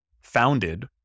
founded